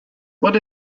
what